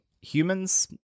humans